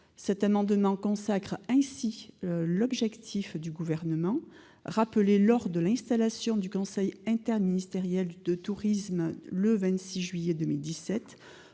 ». Il consacre ainsi l'objectif du Gouvernement, rappelé lors de l'installation du conseil interministériel du tourisme, le 26 juillet 2017,